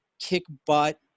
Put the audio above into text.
kick-butt